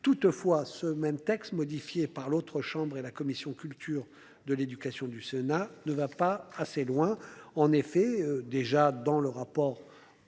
Toutefois, ce même texte modifié par l'autre chambre et la commission culture, de l'éducation du Sénat ne va pas assez loin en effet déjà dans le rapport